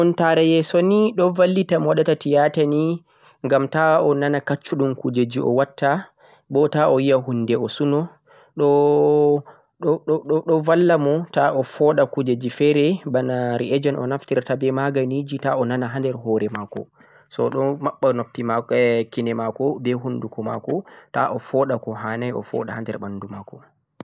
sumuntare yeso ni do vallita mo wadata tiyarta ni gham ta o nana kacchudhum kuje jeh o watta boh ta'o yi'a kuje o suunu doh valla mo ta'o foodah kujeji fere bana reagent o naftirta beh maganiji ta'o nana hadr hore mako so do mabba kine mako beh hunduko mako ta'o foodah ko handai o foodah ha der mbandu mako